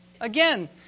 Again